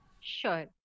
Sure